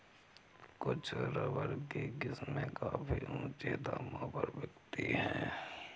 कुछ रबर की किस्में काफी ऊँचे दामों पर बिकती है